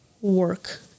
work